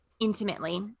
intimately